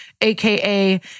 AKA